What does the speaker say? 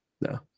no